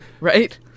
Right